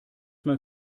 man